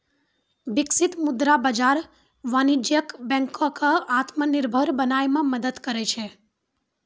बिकसित मुद्रा बाजार वाणिज्यक बैंको क आत्मनिर्भर बनाय म मदद करै छै